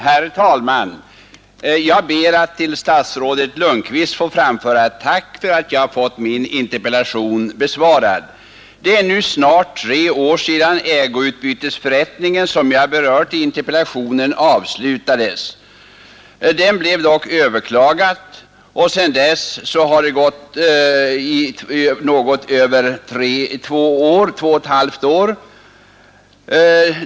Herr talman! Jag ber att till statsrådet Lundkvist få framföra ett tack för att jag fått min interpellation besvarad. Det är nu snart tre år sedan den ägoutbytesförrättning som jag berört i interpellationen avslutades. Den blev dock överklagad, och det har sedan dess gått två och ett halvt år.